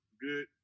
good